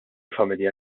familja